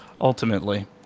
ultimately